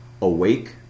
awake